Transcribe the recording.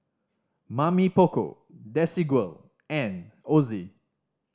Mamy Poko Desigual and Ozi